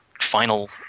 final